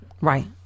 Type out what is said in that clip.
Right